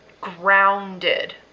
grounded